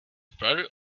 brother